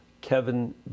Kevin